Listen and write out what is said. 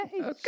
Okay